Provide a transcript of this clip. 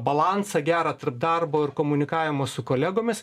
balansą gerą darbo ir komunikavimo su kolegomis